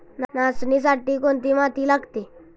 नाचणीसाठी कोणती माती लागते?